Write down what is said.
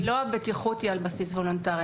לא הבטיחות היא על בסיס וולונטרי.